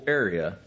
area